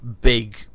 big